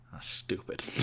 Stupid